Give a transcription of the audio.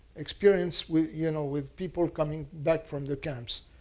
experience with you know with people coming back from the camps.